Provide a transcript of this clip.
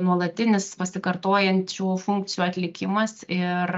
nuolatinis pasikartojančių funkcijų atlikimas ir